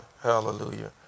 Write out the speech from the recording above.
Hallelujah